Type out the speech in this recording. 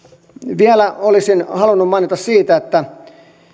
vielä olisin halunnut mainita siitä että